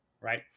right